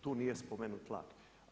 Tu nije spomenut LAG.